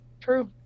True